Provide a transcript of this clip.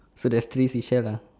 so there's three seashell lah